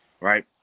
right